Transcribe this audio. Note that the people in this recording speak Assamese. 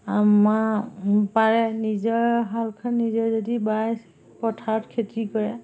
আমাৰ পাৰে নিজৰ হালখন নিজে যদি বাই পথাৰত খেতি কৰে